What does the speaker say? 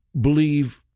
believe